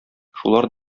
шулар